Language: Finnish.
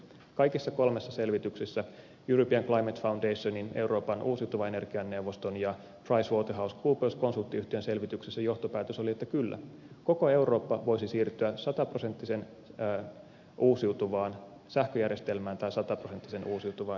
kaikissa kolmessa selvityksessä european climate foundationin euroopan uusiutuvan energian neuvoston ja pricewaterhousecoopers konsulttiyhtiön selvityksessä johtopäätös oli että kyllä koko eurooppa voisi siirtyä sataprosenttisen uusiutuvaan sähköjärjestelmään tai sataprosenttisen uusiutuvaan energiajärjestelmään